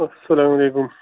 اَسلام علیکُم